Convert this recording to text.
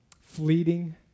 fleeting